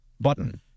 button